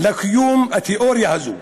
בקיום התאוריה הזו.